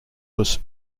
less